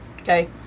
okay